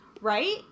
right